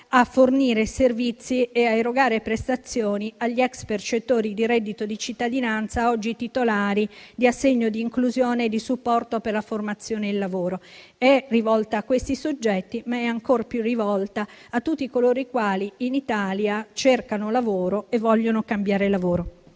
a fornire servizi e a erogare prestazioni agli ex percettori di reddito di cittadinanza, oggi titolari di assegno di inclusione e di supporto per la formazione e il lavoro. È rivolta a questi soggetti, ma è ancor più rivolta a tutti coloro i quali, in Italia, cercano lavoro e vogliono cambiare lavoro.